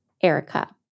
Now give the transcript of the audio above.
Erica